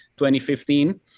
2015